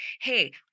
hey